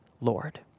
Lord